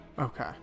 Okay